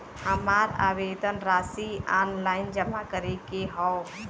हमार आवेदन राशि ऑनलाइन जमा करे के हौ?